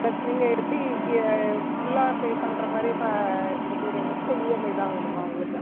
plus நீங்கள் எப்படி ஃபுல்லாக பே பண்ணுறமாதிரி இப்போ எடுத்துக்கிறீங்களா இல்லை இஎம்ஐ தான் வேணுமா உங்களுக்கு